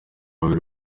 babiri